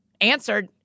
answered